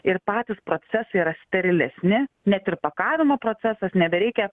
ir patys procesai yra sterilesni net ir pakavimo procesas nebereikia